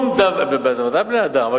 הם גם בני-אדם.